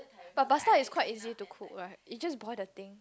but pasta is quite easy to cook right it's just boil the thing